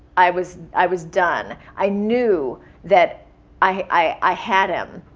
i was i was done. i knew that i had him.